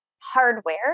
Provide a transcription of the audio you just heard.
hardware